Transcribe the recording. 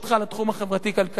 לתחום החברתי-כלכלי.